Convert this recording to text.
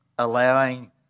allowing